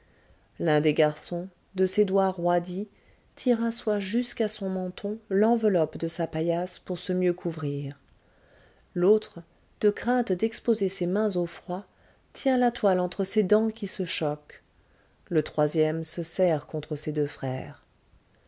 l'un des garçons de ses doigts roidis tire à soi jusqu'à son menton l'enveloppe de sa paillasse pour se mieux couvrir l'autre de crainte d'exposer ses mains au froid tient la toile entre ses dents qui se choquent le troisième se serre contre ses deux frères